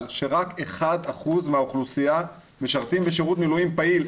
שרק 1% מהאוכלוסייה משרת בשירות מילואים פעיל,